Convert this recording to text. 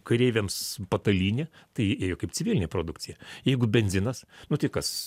kareiviams patalynė tai ėjo kaip civilinė produkcija jeigu benzinas nu tai kas